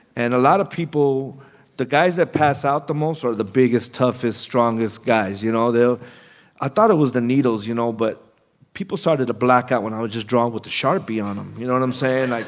and a lot of people the guys that pass out the most are the biggest, toughest, strongest guys, you know. they'll i thought it was the needles, you know, but people started to blackout when i was just drawing with the sharpie on them. you know what i'm saying? like,